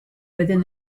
within